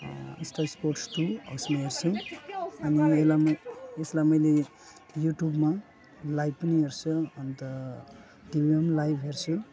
star Sports two हो यसमा हेर्छु हामी यसलाई म यसलाई मैले युट्युबमा लाइभ पनि हेर्छु अन्त टिभीमा लाइभ हेर्छु